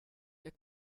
der